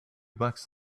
bucks